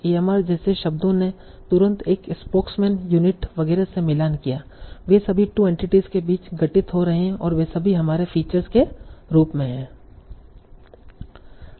AMR AMR जैसे शब्दों ने तुरंत एक स्पोक्समैन यूनिट वगैरह से मिलान किया वे सभी 2 एंटिटीस के बीच घटित हो रहे हैं और वे सभी हमारे फीचर्स के रूप में हैं